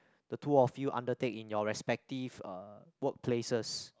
the two of you undertake in your respective uh workplaces